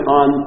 on